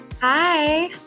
Hi